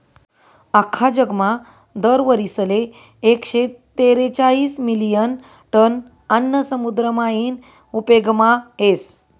आख्खा जगमा दर वरीसले एकशे तेरेचायीस मिलियन टन आन्न समुद्र मायीन उपेगमा येस